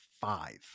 five